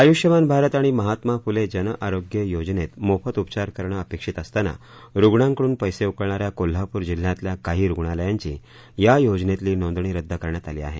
आयुष्यमान भारत आणि महात्मा फुले जनआरोग्य योजनेत मोफत उपचार करणं अपेक्षित असताना रुग्णांकडून पस्तीउकळणाऱ्या कोल्हापूर जिल्ह्यातल्या काही रुग्णालयांची या योजनेतली नोंदणी रद्द करण्यात आली आहे